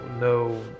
no